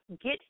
get